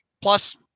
plus